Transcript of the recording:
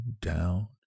down